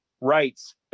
rights